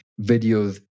videos